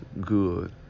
good